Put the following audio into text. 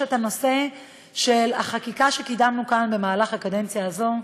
יש את החקיקה שקידמנו כאן במהלך הקדנציה הזו,